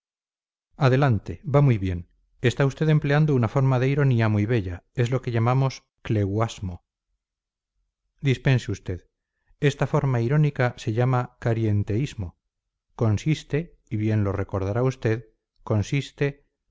adelante va muy bien está usted empleando una forma de ironía muy bella es lo que llamamos cleuasmo dispense usted esta forma irónica se llama carienteísmo consiste y bien lo recordará usted consiste